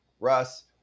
Russ